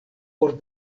por